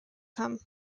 come